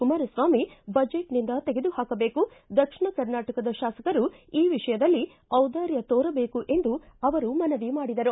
ಕುಮಾರಸ್ವಾಮಿ ಬಜೆಟ್ನಿಂದ ತೆಗೆದುಹಾಕಬೇಕು ದಕ್ಷಿಣ ಕರ್ನಾಟಕದ ಶಾಸಕರು ಈ ವಿಷಯದಲ್ಲಿ ಚಿದಾರ್ಯ ತೋರಬೇಕು ಎಂದು ಅವರು ಮನವಿ ಮಾಡಿದರು